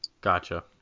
Gotcha